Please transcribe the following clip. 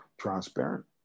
transparent